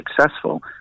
successful